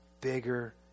bigger